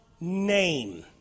name